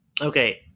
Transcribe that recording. Okay